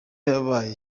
yabaye